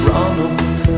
Ronald